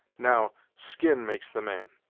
now, skin makes the man.